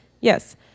Yes